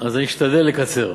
אז אני אשתדל לקצר.